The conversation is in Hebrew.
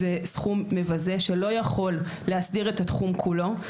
זה סכום מבזה שלא יכול להסדיר את התחום כולו.